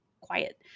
quiet